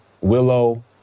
Willow